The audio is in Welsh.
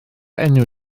enw